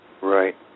Right